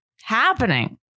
happening